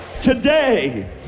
Today